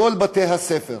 כל בתי-הספר.